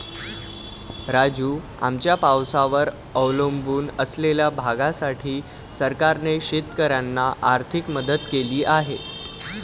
राजू, आमच्या पावसावर अवलंबून असलेल्या भागासाठी सरकारने शेतकऱ्यांना आर्थिक मदत केली आहे